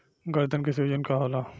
गदन के सूजन का होला?